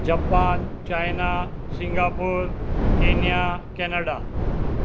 Japan China Singapore Kenya Canada